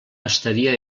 estaria